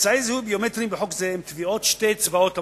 אמצעי זיהוי ביומטריים בחוק זה הם טביעות שתי האצבעות המורות,